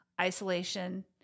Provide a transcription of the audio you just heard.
isolation